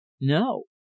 no